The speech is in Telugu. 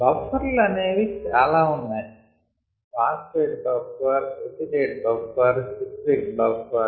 బఫర్ లు అనేవి చాలా ఉన్నాయి phosphate buffer acetate buffer citric buffer